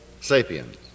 sapiens